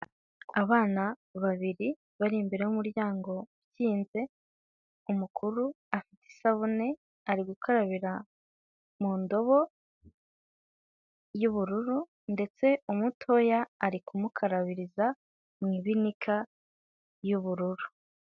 Abana babiri bari imbere y'umuryango ukinze, umukuru afite isabune ari gukarabira mu ndobo y'ubururu ndetse umutoya ari kumukarabiriza mu ibinika y'ubururu.